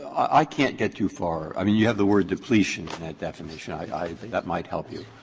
i can't get too far. i mean you have the word depletion in that definition. i i that might help you.